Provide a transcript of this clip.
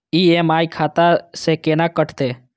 EMI खाता से केना कटते?